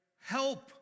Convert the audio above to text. help